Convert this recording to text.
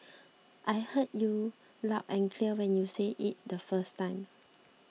I heard you loud and clear when you say it the first time